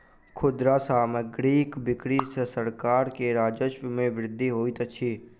खुदरा सामग्रीक बिक्री सॅ सरकार के राजस्व मे वृद्धि होइत अछि